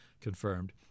confirmed